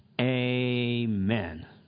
Amen